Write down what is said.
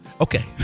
Okay